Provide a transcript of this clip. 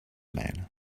man